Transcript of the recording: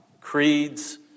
creeds